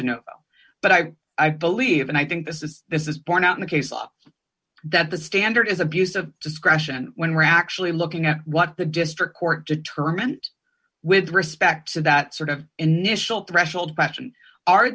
do no but i i believe and i think this is this is borne out in the case law that the standard is abuse of discretion when we're actually looking at what the district court determined with respect to that sort of initial threshold question are